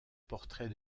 portrait